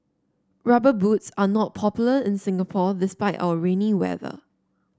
rubber boots are not popular in Singapore despite our rainy weather